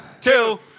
two